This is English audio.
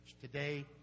Today